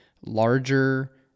larger